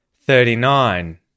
thirty-nine